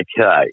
Okay